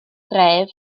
dref